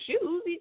shoes